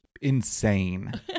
insane